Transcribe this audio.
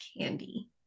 candy